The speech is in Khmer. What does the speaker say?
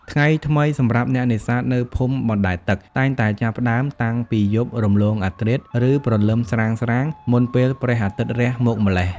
ថ្ងៃថ្មីសម្រាប់អ្នកនេសាទនៅភូមិបណ្តែតទឹកតែងតែចាប់ផ្តើមតាំងពីយប់រំលងអធ្រាត្រ ឬព្រលឹមស្រាងៗ មុនពេលព្រះអាទិត្យរះមកម្ល៉េះ។